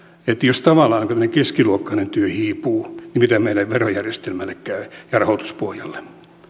ja jos tavallaan tämmöinen keskiluokkainen työ hiipuu miten meidän verojärjestelmälle ja rahoituspohjalle käy